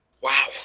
Wow